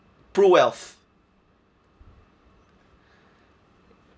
pruwealth